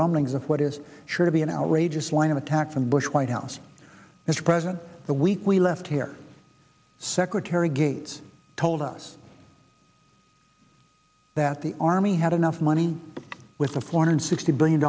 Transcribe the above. rumblings of what is sure to be an outrageous line of attack from the bush white house mr president the week we left here secretary gates told us that the army had enough money with the four hundred sixty billion